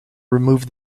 remove